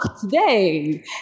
today